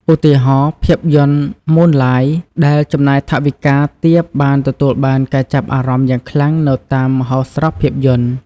ឧទាហរណ៍ ភាពយន្ត ម៉ូនឡាយ ដែលចំណាយថវិកាទាបបានទទួលបានការចាប់អារម្មណ៍យ៉ាងខ្លាំងនៅតាមមហោស្រពភាពយន្ត។